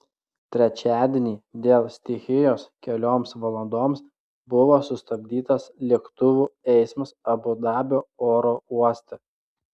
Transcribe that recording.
trečiadienį dėl stichijos kelioms valandoms buvo sustabdytas lėktuvų eismas abu dabio oro uoste